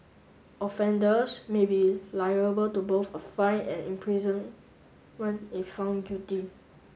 offenders may be liable to both a fine and imprisonment if found guilty